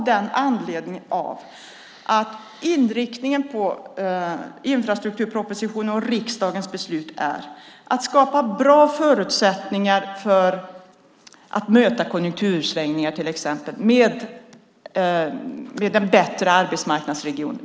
Det beror på att inriktningen på infrastrukturpropositionen och riksdagens beslut är att skapa bra förutsättningar för att till exempel kunna möta konjunktursvängningar med en bättre arbetsmarknadsregion.